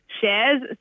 shares